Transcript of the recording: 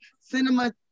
Cinema